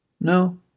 no